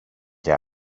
και